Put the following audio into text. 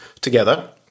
together